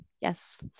yes